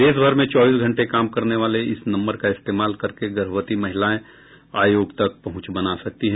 देश भर में चौबीस घन्टे काम करने वाले इस नम्बर का इस्तेमाल करके गर्भवती महिलाएं आयोग तक पहुंच बना सकती हैं